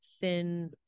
thin